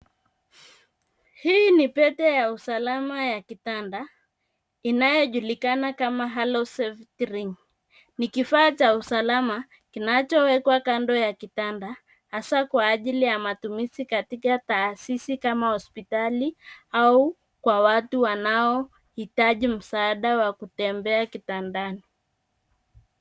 Hii ni pete ya usalama ya kitanda inayojulikana kama halo safety ring . Ni kifaa cha usalama kinachowekwa kando ya kitanda hasa kwa ajili ya matumizi katika taasisi kama hospitali au kwa watu wanaohitaji msaada wa kutembea kitandani.